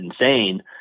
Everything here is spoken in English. insane